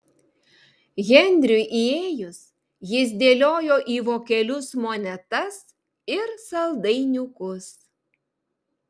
henriui įėjus jis dėliojo į vokelius monetas ir saldainiukus